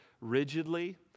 rigidly